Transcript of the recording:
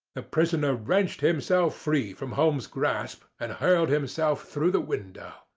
the prisoner wrenched himself free from holmes's grasp, and hurled himself through the window.